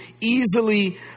easily